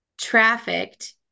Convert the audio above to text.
trafficked